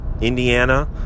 Indiana